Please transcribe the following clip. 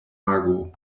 ago